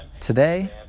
Today